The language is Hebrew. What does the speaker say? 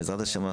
בעזרת השם,